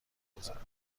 میگذارند